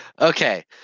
Okay